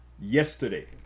yesterday